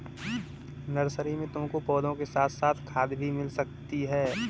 nursery में तुमको पौधों के साथ साथ खाद भी मिल सकती है